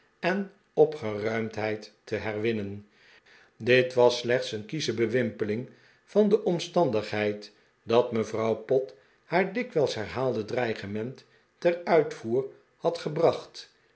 en opgeruimdheid te herwinnen dit was slechts een kiesche bewimpeling van de omstandigheid dat mevrouw pott haar dikwijls herhaalde dreigement ten uitvoer had gebracht